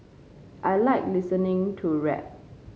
I like listening to rap